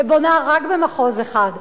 ובונה רק במחוז אחד.